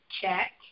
Check